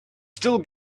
still